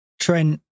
Trent